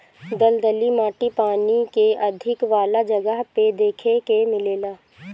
दलदली माटी पानी के अधिका वाला जगह पे देखे के मिलेला